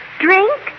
Drink